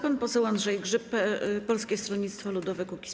Pan poseł Andrzej Grzyb, Polskie Stronnictwo Ludowe - Kukiz15.